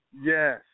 Yes